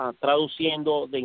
traduciendo